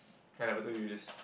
I never told you this